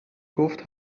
گفت